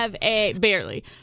Barely